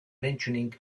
mentioning